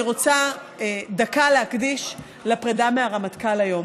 אני רוצה להקדיש דקה לפרידה מהרמטכ"ל היום.